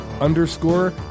underscore